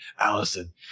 Allison